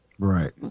Right